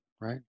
right